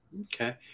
okay